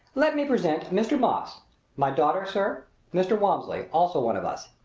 let me present mr. moss my daughter, sir mr. walmsley also one of us.